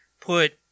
put